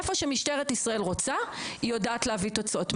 איפה שמשטרת ישראל רוצה היא יודעת להביא תוצאות.